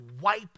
wipe